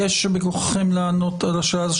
יש בכוחכם לענות עכשיו על השאלה?